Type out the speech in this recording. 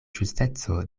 ĝusteco